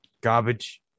garbage